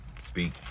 speak